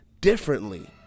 differently